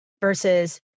versus